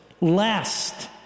lest